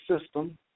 system